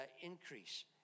increase